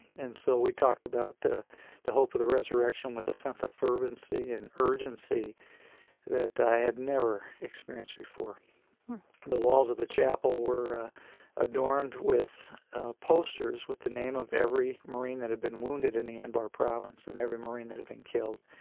and so we talked about the the hope of the resurrection with a sense of fervency and urgency that i had never experienced before the walls of the chapel were adorned with posters with the name of every marine that had been wounded in the anbar province, and every marine that had been killed.